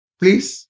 please